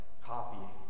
Copying